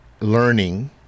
learning